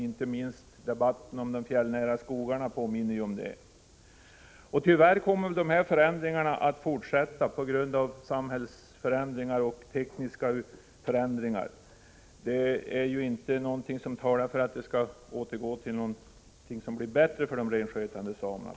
Inte minst debatten om de fjällnära skogarna påminner om detta. Tyvärr kommer väl dessa förändringar att fortsätta på grund av samhällsutvecklingen och den tekniska utvecklingen. Ingenting talar för att det skall bli en bättre ordning för de renskötande samerna.